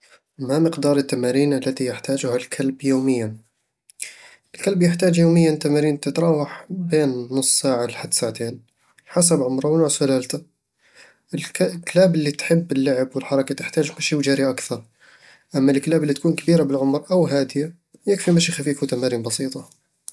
ما مقدار التمارين التي يحتاجها الكلب يوميًا؟ الكلب يحتاج يوميًا تمارين تتراوح بين نص ساعة لحد ساعتين، حسب عمره ونوع سلالته. الكلاب اللي تحب اللعب والحركة تحتاج مشي وجري أكثر، أما الكلاب اللي تكون كبيرة بالعمر أو هادية، يكفي مشي خفيف وتمارين بسيطة